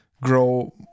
grow